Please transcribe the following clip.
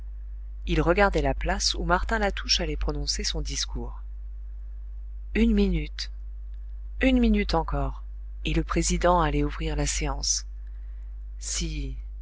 il regardait la place où martin latouche allait prononcer son discours une minute une minute encore et le président allait ouvrir la séance si